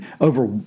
over